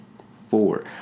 four